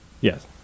Yes